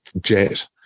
Jet